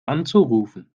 anzurufen